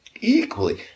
Equally